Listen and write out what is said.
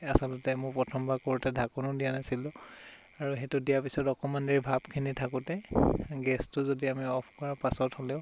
আচলতে মোৰ প্ৰথমবাৰ কৰোঁতে ঢাকোনো দিয়া নাছিলোঁ আৰু সেইটো দিয়া পিছত অকণমান দেৰি ভাপখিনি থাকোঁতে গেছটো যদি আমি অফ কৰাৰ পাছত হ'লেও